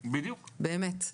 באמת.